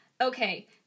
okay